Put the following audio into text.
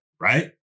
right